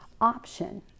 option